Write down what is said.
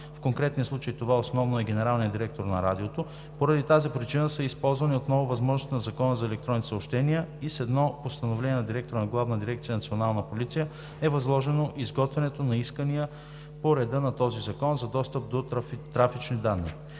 в конкретния случай това основно е генералният директор на Радиото – поради тази причина са използвани отново възможностите на Закона за електронните съобщения и с едно постановление на директора на Главна дирекция „Национална полиция“ е възложено изготвянето на искания по реда на този закон за достъп до трафични данни.